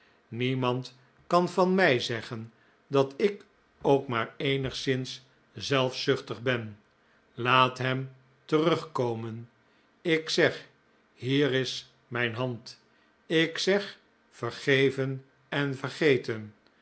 niemand kan van mij zeggen dat ik ook maar eenigszins zelfzuchtig ben laat hem terugkomen ik zeg hier is mijn hand ik zeg vergeven en vergeten